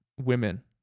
women